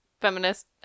feminist